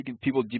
people